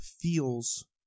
feels